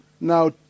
Now